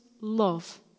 love